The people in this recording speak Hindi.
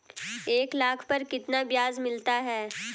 एक लाख पर कितना ब्याज मिलता है?